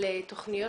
לתוכניות